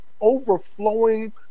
overflowing